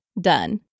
done